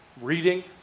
reading